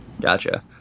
gotcha